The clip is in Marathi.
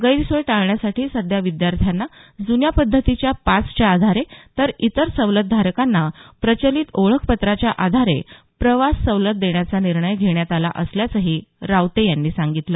गैरसोय टाळण्यासाठी सध्या विद्यार्थ्यांना जुन्या पद्धतीच्या पासच्या आधारे तर इतर सवलत धारकांना प्रचलित ओळखपत्राच्या आधारे प्रवास सवलत देण्याचा निर्णय घेण्यात आला असल्याचंही रावते यांनी सांगितलं